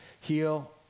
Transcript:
heal